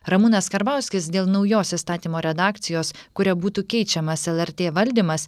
ramūnas karbauskis dėl naujos įstatymo redakcijos kuria būtų keičiamas lrt valdymas